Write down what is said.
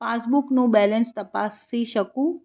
પાસબુકનું બેલેન્સ તપાસી શકું